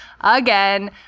again